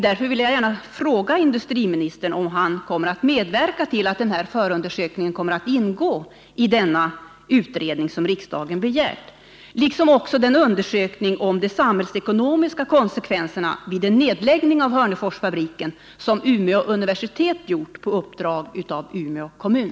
Därför vill jag fråga industriministern om han avser att medverka till att den förundersökningen kommer att ingå i den utredning som riksdagen begärt, liksom också den undersökning om de samhällsekonomiska konsekvenserna av en nedläggning av Hörneforsfabriken som Umeå universitet gjort på uppdrag av Umeå kommun.